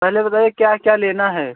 पहले बताइए क्या क्या लेना है